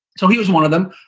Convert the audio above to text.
so he was one of them.